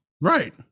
Right